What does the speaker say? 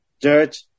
dirt